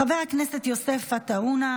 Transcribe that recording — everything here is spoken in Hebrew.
חבר הכנסת יוסף עטאונה,